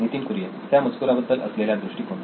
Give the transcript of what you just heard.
नितीन कुरियन त्या मजकूराबद्दल असलेला दृष्टीकोण